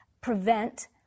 prevent